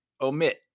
omit